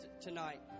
tonight